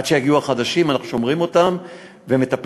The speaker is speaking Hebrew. עד שיגיעו החדשים אנחנו שומרים אותם ומטפלים,